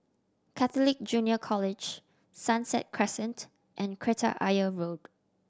Catholic Junior College Sunset Crescent and Kreta Ayer Road